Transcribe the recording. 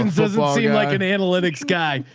and yeah like an analytics guy.